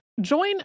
Join